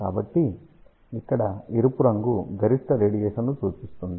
కాబట్టి ఇక్కడ ఎరుపు రంగు గరిష్ట రేడియేషన్ను సూచిస్తుంది